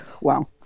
Wow